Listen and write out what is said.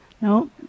no